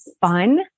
fun